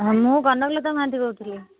ହଁ ମୁଁ କନକଲତା ମହାନ୍ତି କହୁଥିଲି